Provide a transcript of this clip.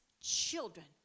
children